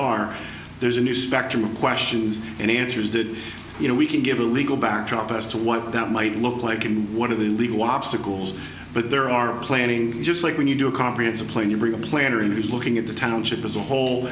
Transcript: are there's a new spectrum of questions and answers that you know we can give a legal backdrop as to what that might look like and what are the legal obstacles but there are planning just like when you do a comprehensive plan you bring a planner in who's looking at the township as a whole